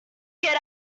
get